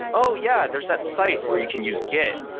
oh, yeah. there's that site where you can use git.